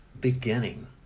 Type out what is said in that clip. beginning